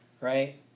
right